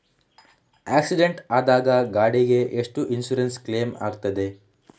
Accident ಆದ ಗಾಡಿಗೆ ಎಷ್ಟು ಇನ್ಸೂರೆನ್ಸ್ ಕ್ಲೇಮ್ ಆಗ್ತದೆ?